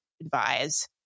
advise